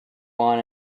one